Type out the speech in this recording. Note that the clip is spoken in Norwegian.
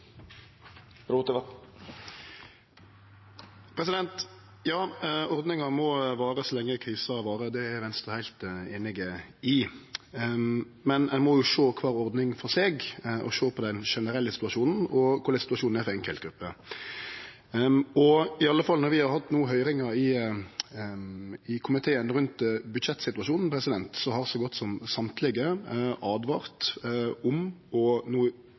Ja, ordninga må vare så lenge krisa varer. Det er Venstre heilt einig i, men ein må jo sjå kvar ordning for seg og sjå på den generelle situasjonen og på korleis situasjonen er for enkeltgrupper. I alle fall: Når vi no har hatt høyringar i komiteen rundt budsjettsituasjonen, har så godt som alle åtvara mot å innføre generelle forlengingar i